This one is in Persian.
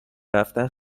رفتن